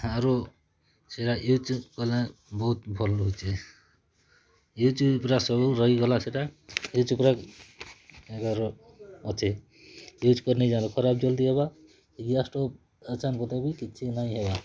ଆରୁ ସେଟା ୟୁଜ୍ କଲେ ବହୁତ୍ ଭଲ୍ ରହୁଛେ ୟୁଜ୍ ଉପ୍ରେ ସବୁ ରହିଗଲା ସେଟା ୟୁଜ୍ ଉପ୍ରେ ଏକା ଅଛେ ୟୁଜ୍ କରି ନାଇଁ ଯାନ୍ଲେ ଖରାପ୍ ଜଲ୍ଦି ହେବା ଗ୍ୟାସ୍ ଷ୍ଟୋବ୍ ଏଛେନ୍ ତକ୍ ବି କିଛି ନାଇଁ ହେଇ